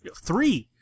three